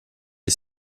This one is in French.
les